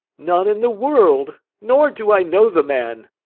none in the world nor do i know the man.